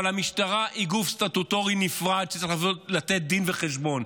אבל המשטרה היא גוף סטטוטורי נפרד שצריך לתת דין וחשבון.